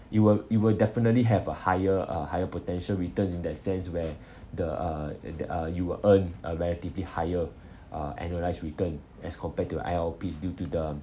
you will you will definitely have a higher uh higher potential returns in that sense where the uh eh the uh you will earn a relatively higher uh annualised return as compared to I_L_Ps due to the